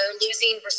losing